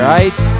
Right